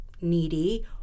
needy